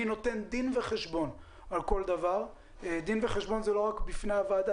מי נותן דין וחשבון על כל דבר דין וחשבון זה לא רק בפני הוועדה,